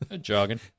Jogging